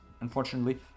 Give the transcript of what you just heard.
Unfortunately